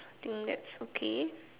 think that's okay